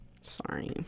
Sorry